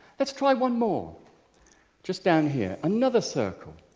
let's try one more just down here. another circle!